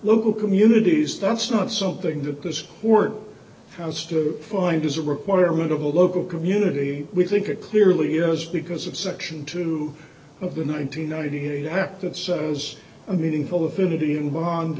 local communities that's not something that this court house to find is a requirement of the local community we think it clearly is because of section two of the nine hundred ninety eight act that says a meaningful affinity and bond